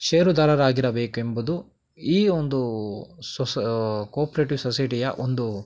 ಷೇರುದಾರರಾಗಿರಬೇಕೆಂಬುದು ಈ ಒಂದು ಸೊಸೈ ಕೋಪ್ರೇಟಿವ್ ಸೊಸೈಟಿಯ ಒಂದು